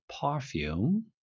perfume